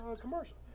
commercial